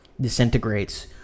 disintegrates—